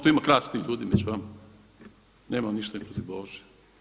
Tu ima krasnih ljudi među vama, nemam ništa protiv Bože.